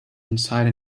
inside